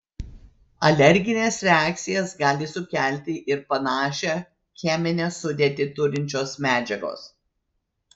alergines reakcijas gali sukelti ir panašią cheminę sudėtį turinčios medžiagos